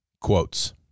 quotes